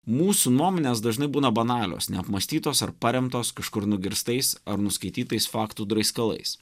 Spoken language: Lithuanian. mūsų nuomonės dažnai būna banalios neapmąstytos ar paremtos kažkur nugirstais ar nuskaitytais faktų draiskalais